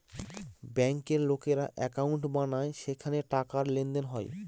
ব্যাঙ্কের লোকেরা একাউন্ট বানায় যেখানে টাকার লেনদেন হয়